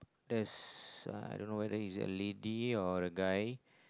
there's uh I don't know whether is it a lady or a guy